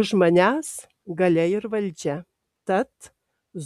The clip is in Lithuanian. už manęs galia ir valdžia tad